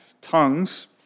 tongues